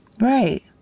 Right